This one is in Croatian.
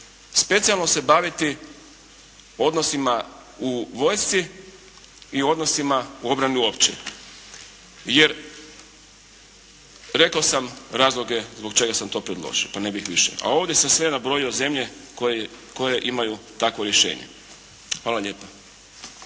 specijalno se baviti odnosima u vojsci i odnosima u obrani uopće. Jer rekao sam razloge zbog čega sam to predložio, pa ne bih više. A ovdje sam sve nabrojio zemlje koje imaju takvo rješenje. Hvala lijepa.